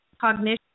cognition